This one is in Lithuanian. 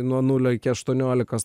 nuo nulio iki aštuoniolikos